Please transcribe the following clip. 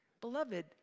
Beloved